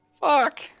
Fuck